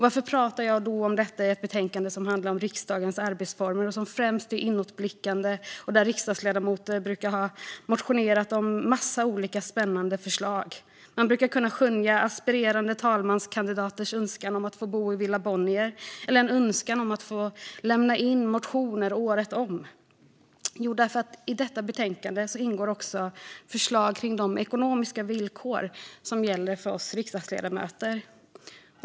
Varför pratar jag då om detta när det gäller ett betänkande som handlar om riksdagens arbetsformer, som främst är inåtblickande och där riksdagsledamöter brukar ha motionerat om en massa olika spännande förslag? Man brukar kunna skönja aspirerande talmanskandidaters önskan att få bo i Villa Bonnier eller en önskan om att få lämna in motioner året om. Jag pratar om det därför att det i betänkandet även ingår förslag om de ekonomiska villkoren för oss riksdagsledamöter.